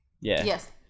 Yes